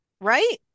right